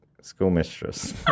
schoolmistress